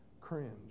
cringe